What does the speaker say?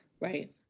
Right